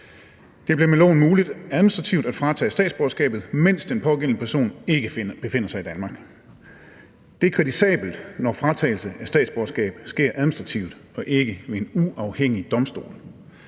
Det blev med loven muligt administrativt at fratage statsborgerskabet, mens den pågældende person ikke befinder sig i Danmark. Det er kritisabelt, når fratagelse af statsborgerskab sker administrativt og ikke ved en uafhængig domstol.